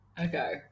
Okay